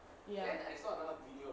ya